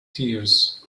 tears